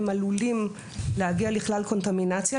הם עלולים להגיע לכלל קונטמינציה,